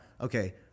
okay